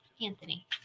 Anthony